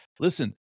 listen